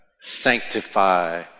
sanctify